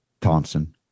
Thompson